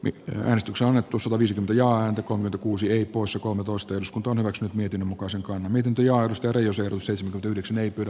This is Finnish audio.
nyt menestykseoletus olisi tuntojaan kun kuusi poissa kolmetoista jos on se miten muka selkoa miten teijoa käydä jos runsas yhdeksän ei pidä